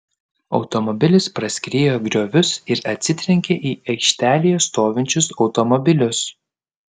automobilis praskriejo griovius ir atsitrenkė į aikštelėje stovinčius automobilius